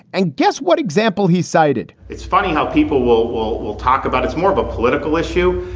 and guess what example he cited? it's funny how people will. well, we'll talk about it's more of a political issue.